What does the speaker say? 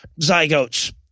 zygotes